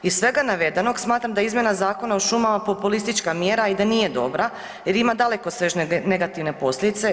Iz svega navedenog smatram da je izmjena Zakona o šumama populistička mjera i da nije dobra jer ima dalekosežne negativne posljedice.